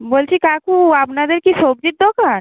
বলছি কাকু আপনাদের কি সবজির দোকান